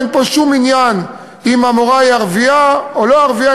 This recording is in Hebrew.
אין פה שום עניין אם המורה היא ערבייה או לא ערבייה,